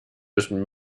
müssen